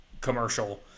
commercial